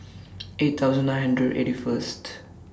eight thousand nine hundred eighty First